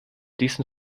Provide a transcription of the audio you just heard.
diesen